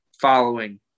following